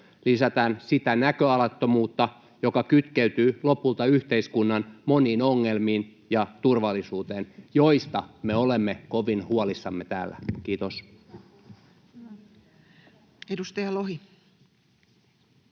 lisätään sitä näköalattomuutta, joka kytkeytyy lopulta yhteiskunnan moniin ongelmiin ja turvallisuuteen, joista me olemme kovin huolissamme täällä. — Kiitos. Edustaja Lohi.